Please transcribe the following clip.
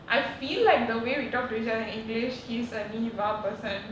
I feel like the way we talk to each other in english he's a naive vaa person